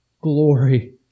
glory